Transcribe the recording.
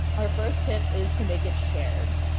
our first tip is to make it shared.